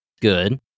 good